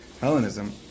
Hellenism